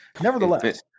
Nevertheless